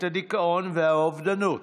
הדיכאון והאובדנות.